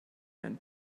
and